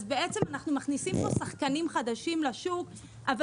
אז בעצם אנחנו מכניסים פה שחקנים חדשים לשוק אבל